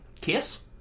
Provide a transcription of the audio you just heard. Kiss